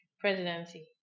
presidency